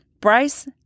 Bryce